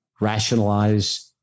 rationalize